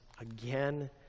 again